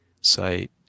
site